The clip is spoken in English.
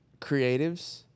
creatives